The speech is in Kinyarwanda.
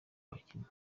abakinnyi